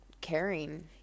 caring